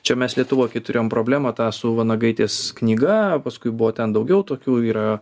čia mes lietuvoj kai turėjom problemą tą su vanagaitės knyga paskui buvo ten daugiau tokių yra